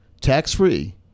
tax-free